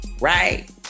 right